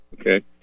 okay